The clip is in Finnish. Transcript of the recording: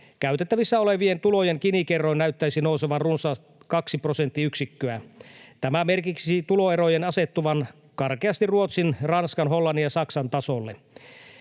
käytettävissä olevien tulojen Gini-kerroin näyttäisi nousevan runsaat kaksi prosenttiyksikköä. Tämä merkitsisi tuloerojen asettuvan karkeasti Ruotsin, Ranskan, Hollannin ja Saksan tasolle,